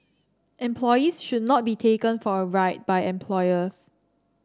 employees should not be taken for a ride by employers